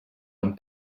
amb